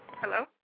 Hello